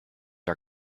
are